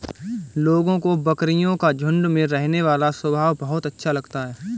लोगों को बकरियों का झुंड में रहने वाला स्वभाव बहुत अच्छा लगता है